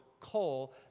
coal